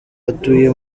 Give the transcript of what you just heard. atuye